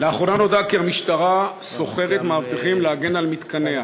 לאחרונה נודע כי המשטרה שוכרת מאבטחים להגן על מתקניה.